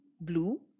blue